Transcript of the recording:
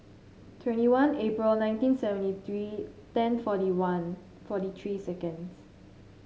twenty one April nineteen seventy three ten forty one forty three seconds